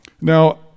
Now